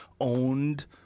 owned